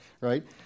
right